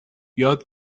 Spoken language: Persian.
یاد